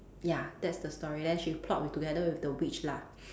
ya that's the story then she plot with together with the witch lah